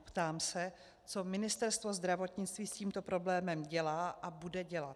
Ptám se, co Ministerstvo zdravotnictví s tímto problémem dělá a bude dělat.